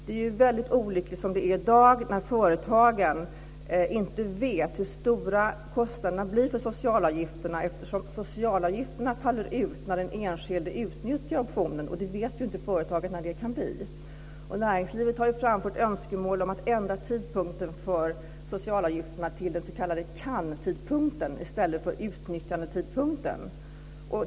Det är väldigt olyckligt, som det är i dag, när företagen inte vet hur stora kostnaderna blir för socialavgifterna eftersom socialavgifterna faller ut när den enskilde utnyttjar optionen, och företagen vet ju inte när det kan bli. Näringslivet har framfört önskemål om att ändra tidpunkten för betalning av socialavgifterna till den s.k. kantidpunkten i stället för utnyttjandetidpunkten.